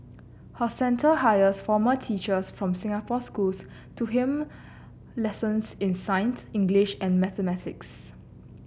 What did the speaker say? her centre hires former teachers from Singapore schools to helm lessons in science English and mathematics